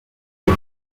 the